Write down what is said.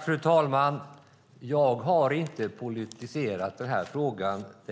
Fru talman! Jag har inte politiserat den här frågan -